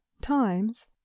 times